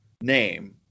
name